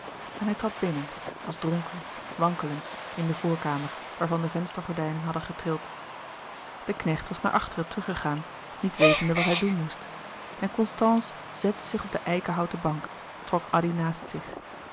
en hij trad binnen als dronken wankelend in de voorkamer waarvan de venstergordijnen hadden getrild de knecht was naar achteren teruggegaan louis couperus de boeken der kleine zielen niet wetende wat hij doen moest en constance zette zich op de eikenhouten bank trok addy naast zich